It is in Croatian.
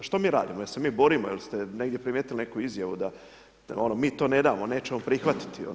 Što mi radimo, je li se mi borimo, je li ste negdje primijetili neku izjavu da, ono, mi to ne damo, nećemo prihvatiti?